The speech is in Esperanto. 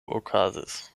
okazis